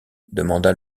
demanda